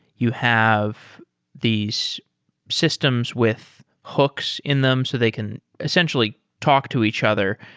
you have these systems with hooks in them so they can essentially talk to each other,